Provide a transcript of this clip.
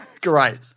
Great